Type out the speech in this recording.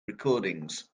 recordings